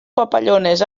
papallones